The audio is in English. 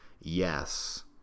yes